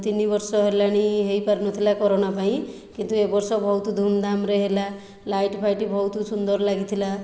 ତିନି ବର୍ଷ ହେଲାଣି ହୋଇପାରୁନଥିଲା କୋରୋନା ପାଇଁ କିନ୍ତୁ ଏ ବର୍ଷ ବହୁତ ଧୂମ୍ଧାମ୍ରେ ହେଲା ଲାଇଟ୍ ଫାଇଟ୍ ବହୁତ ସୁନ୍ଦର ଲାଗିଥିଲା